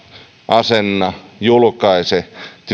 asenna julkaise tviittaa